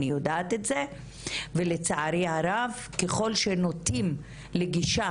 אני יודעת את זה ולצערי הרב ככל שנוטים לגישה